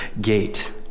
gate